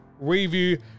review